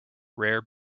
rare